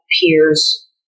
peers